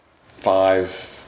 five